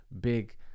big